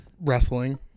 wrestling